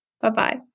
Bye-bye